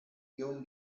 young